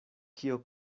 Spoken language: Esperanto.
kio